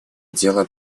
дело